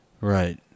Right